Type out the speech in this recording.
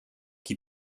qui